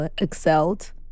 Excelled